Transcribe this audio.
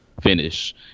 finish